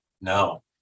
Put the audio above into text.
no